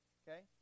okay